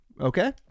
okay